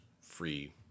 free